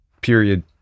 Period